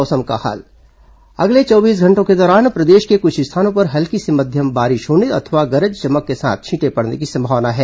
मौसम अगले चौबीस घंटों के दौरान प्रदेश के कुछ स्थानों पर हल्की से मध्यम बारिश होने अथवा गरज चमक के साथ छींटे पड़ने की संभावना है